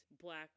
black